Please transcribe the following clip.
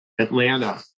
Atlanta